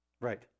Right